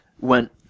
went